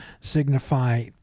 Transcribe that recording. signify